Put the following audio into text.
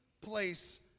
place